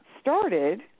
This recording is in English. started